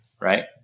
right